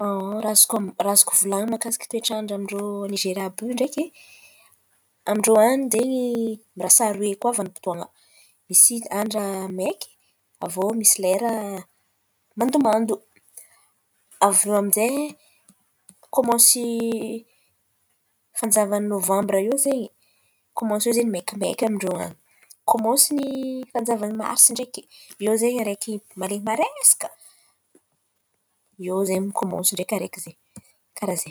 raha azoko azoko volan̈iny mahakasika toetrandran-drô Nizerià àby iô ndraiky. Amin-drô an̈y zen̈y lasa aroe koa vanim-potoan̈a: misy andra maiky, avô koa misy lera mandomando. Avô aminjay kômansy fanjavan'ny nôvambra iô zen̈y, kômansy iô zen̈y maikimaiky an-dreo an̈y. Kômansy fanjavan'ny marsa ndraiky iô zen̈y malen̈y maresaka iô ze mikômansy ndraiky araiky zen̈y, karàha zen̈y.